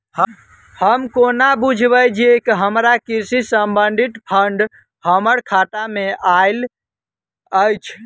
हम कोना बुझबै जे हमरा कृषि संबंधित फंड हम्मर खाता मे आइल अछि?